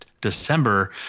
December